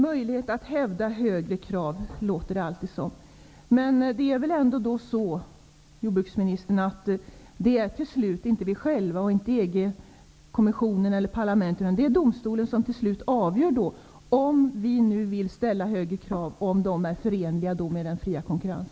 Det brukar alltid sägas att vi har möjlighet att hävda högre krav, men det är väl ändå så, jordbruksministern, att det inte är vi själva, EG kommissionen eller EG-parlamentet utan EG domstolen som till slut avgör huruvida de högre krav som vi vill ställa är förenliga med en fri konkurrens.